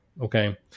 Okay